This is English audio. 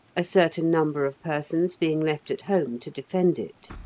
a certain number of persons being left at home to defend it.